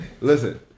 Listen